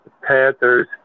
Panthers